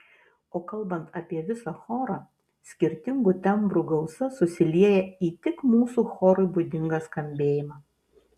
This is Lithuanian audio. o kalbant apie visą chorą skirtingų tembrų gausa susilieja į tik mūsų chorui būdingą skambėjimą